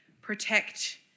protect